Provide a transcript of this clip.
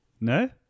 No